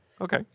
Okay